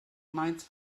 mainz